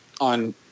on